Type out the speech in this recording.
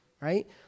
right